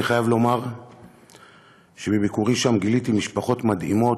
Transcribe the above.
אני חייב לומר שבביקורי שם גיליתי משפחות מדהימות,